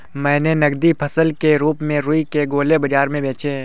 मैंने नगदी फसल के रूप में रुई के गोले बाजार में बेचे हैं